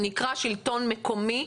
שנקרא שלטון מקומי,